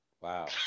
Wow